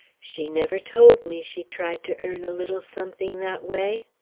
she never told me she tried to earn a little something that way.